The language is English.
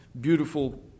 beautiful